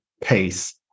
pace